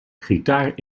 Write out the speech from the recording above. gitaar